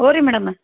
ಹ್ಞೂ ರೀ ಮೇಡಮ್ಮ